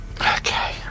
Okay